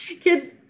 Kids